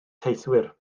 teithwyr